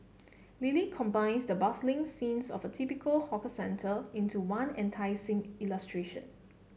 Lily combines the bustling scenes of a typical hawker centre into one enticing illustration